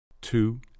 two